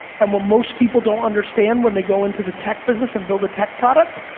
and what most people don't understand when they go into the tech business and build a tech product,